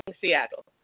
Seattle